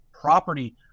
property